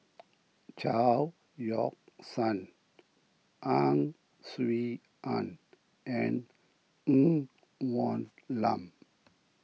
Chao Yoke San Ang Swee Aun and Ng Woon Lam